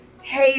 hey